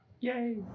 yay